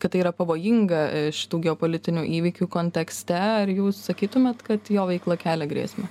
kad tai yra pavojinga šitų geopolitinių įvykių kontekste ar jūs sakytumėt kad jo veikla kelia grėsmę